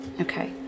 Okay